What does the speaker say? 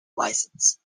licence